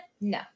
No